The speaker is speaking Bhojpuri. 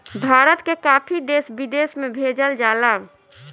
भारत के काफी देश विदेश में भेजल जाला